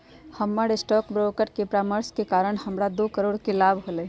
हमर stockbroker के परामर्श के कारण हमरा दो करोड़ के लाभ होलय